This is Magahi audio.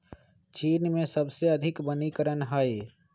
चीन में सबसे अधिक वनीकरण हई